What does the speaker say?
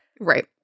Right